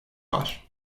var